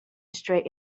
straight